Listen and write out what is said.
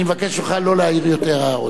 אני מבקש ממך לא להעיר יותר הערות.